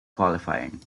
qualifying